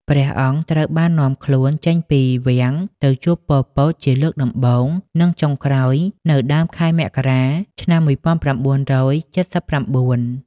ព្រះអង្គត្រូវបាននាំខ្លួនចេញពីវាំងទៅជួប ប៉ុល ពត ជាលើកដំបូង និងចុងក្រោយនៅដើមខែមករា ឆ្នាំ១៩៧៩។